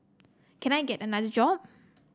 can I get another job